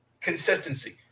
consistency